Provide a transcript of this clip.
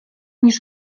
niż